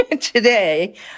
today